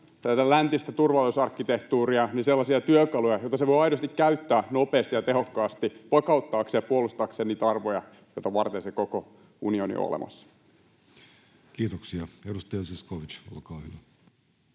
osana läntistä turvallisuusarkkitehtuuria sellaisia työkaluja, joita se voi aidosti käyttää nopeasti ja tehokkaasti vakauttaakseen ja puolustaakseen niitä arvoja, joita varten se koko unioni on olemassa. Kiitoksia. — Edustaja Zyskowicz, olkaa hyvä.